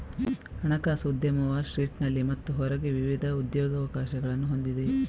ಹಣಕಾಸು ಉದ್ಯಮವು ವಾಲ್ ಸ್ಟ್ರೀಟಿನಲ್ಲಿ ಮತ್ತು ಹೊರಗೆ ವಿವಿಧ ಉದ್ಯೋಗಾವಕಾಶಗಳನ್ನು ಹೊಂದಿದೆ